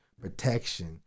protection